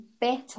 better